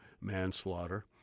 manslaughter